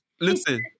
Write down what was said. Listen